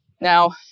Now